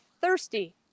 thirsty